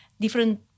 different